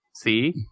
see